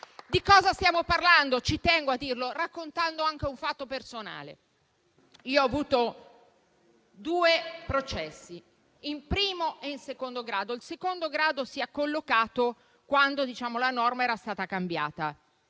Di cosa stiamo parlando? Ci tengo a dirlo raccontando anche un fatto personale. Io ho avuto due processi, in primo e in secondo grado. Il secondo grado si è collocato quando la norma è stata cambiata.